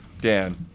Dan